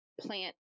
plant